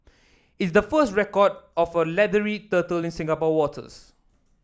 it's the first record of a leathery turtle in Singapore waters